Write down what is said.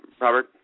Robert